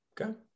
Okay